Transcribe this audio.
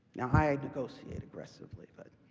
now, i negotiate aggressively, but